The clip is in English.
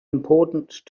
importance